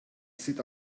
sit